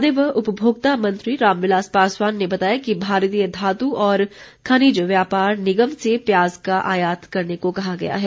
खाद्य व उपभोक्ता मंत्री रामविलास पासवान ने बताया कि भारतीय धातु और खनिज व्यापार निगम से प्याज का आयात करने को कहा गया है